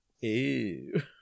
Ew